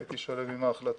הייתי שלם עם ההחלטה.